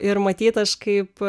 ir matyt aš kaip